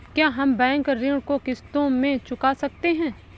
क्या हम बैंक ऋण को किश्तों में चुका सकते हैं?